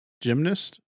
gymnast